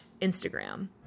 Instagram